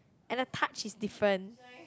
and the touch is different